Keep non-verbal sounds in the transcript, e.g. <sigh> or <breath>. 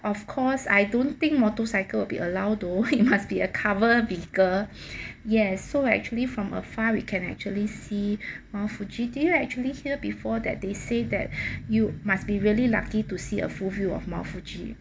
of course I don't think motorcycle will be allowed though <laughs> you must be a cover bigger <breath> yes so actually from afar we can actually see <breath> mount fuji do you actually hear before that they say that <breath> you must be really lucky to see a full view of mount fuji